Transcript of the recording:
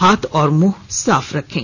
हाथ और मुंह साफ रखें